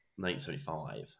1975